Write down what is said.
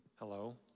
Hello